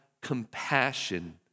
compassion